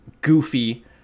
goofy